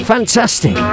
Fantastic